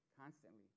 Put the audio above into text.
constantly